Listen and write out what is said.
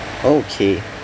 okay